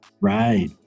right